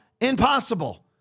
Impossible